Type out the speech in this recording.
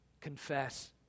confess